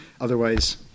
Otherwise